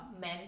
men